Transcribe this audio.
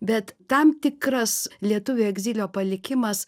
bet tam tikras lietuvių egzilio palikimas